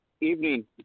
evening